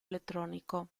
elettronico